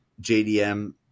JDM